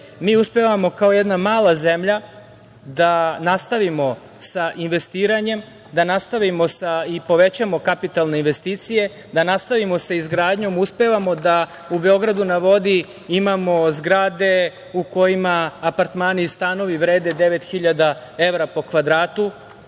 mi uspevamo kao jedna mala zemlja da nastavimo sa investiranjem, da nastavimo i povećamo kapitalne investicije, da nastavimo sa izgradnjom i uspevamo da u Beogradu na vodi imamo zgrade u kojima apartmani i stanovi vrede 9000 evra po kvadratu,